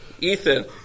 Ethan